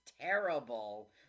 terrible